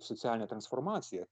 socialinę transformaciją